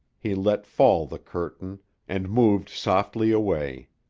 he let fall the curtain and moved softly away.